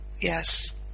yes